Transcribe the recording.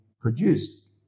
produced